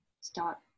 start